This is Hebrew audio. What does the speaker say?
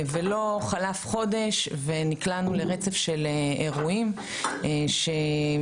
ולא חלף חודש ונקלענו לרצף של אירועים שמבחינתי,